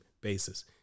basis